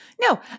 No